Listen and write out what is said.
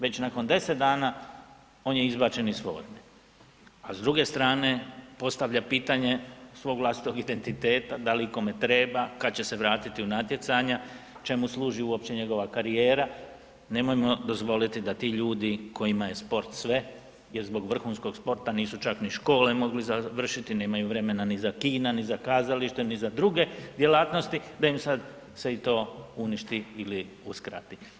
Već nakon 10 dana on je izbačen z forme, a s druge strane postavlja pitanje svog vlastitog identiteta da li ikome treba, kad će se vratiti u natjecanja, čemu služi uopće njegova karijera, nemojmo dozvoliti da ti ljudi kojima je sport sve, jer zbog vrhunskog sporta nisu čak ni škole mogli završiti, nemaju vremena ni za kina, ni za kazališta ni za druge djelatnosti da im sad se i to uništi ili uskrati.